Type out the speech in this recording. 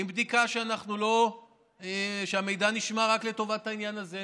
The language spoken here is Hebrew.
עם בדיקה שהמידע נשמר רק לטובת העניין הזה,